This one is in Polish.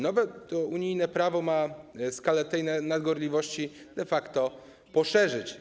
Nowe unijne prawo ma skalę tej nadgorliwości de facto poszerzyć.